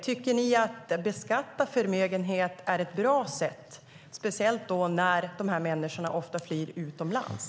Tycker ni att det är ett bra sätt att beskatta förmögenhet, speciellt när de här människorna oftast förblir utomlands?